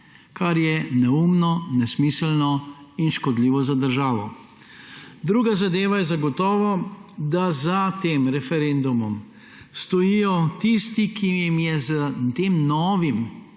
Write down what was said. kar je neumno, nesmiselno in škodljivo za državo. Druga zadeva je zagotovo, da za tem referendumom stojijo tisti, ki jim je s tem novim